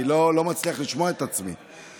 אני לא מצליח לשמוע את עצמי,